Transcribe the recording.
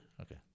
Okay